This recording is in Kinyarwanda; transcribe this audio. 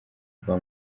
rwa